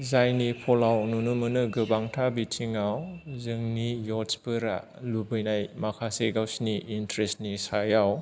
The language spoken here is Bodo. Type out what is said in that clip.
जायनि फलाव नुनो मोनो गोबांथा बिथिङाव जोंनि इयुट्सफोरा लुगैनाय माखासे गावसिनि इनटारेस्टनि सायाव